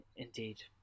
indeed